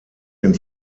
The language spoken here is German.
den